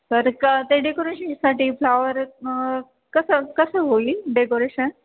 तर क ते डेकोरेशनसाठी फ्लॉवर कसं कसं होईल डेकोरेशन